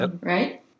Right